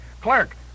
Clerk